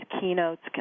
keynotes